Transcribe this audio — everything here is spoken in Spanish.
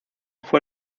fue